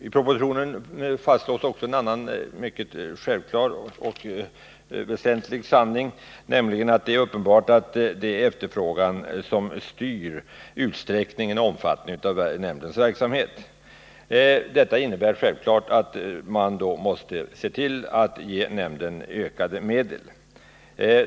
I propositionen fastslås också en annan mycket självklar och väsentlig sanning, nämligen att det är uppenbart att det är efterfrågan som styr omfattningen av nämndens verksamhet. Detta innebär naturligtvis att man måste se till att nämnden får ökade medel.